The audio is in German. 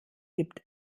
gibt